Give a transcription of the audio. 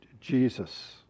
Jesus